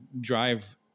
drive